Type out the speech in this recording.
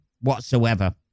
whatsoever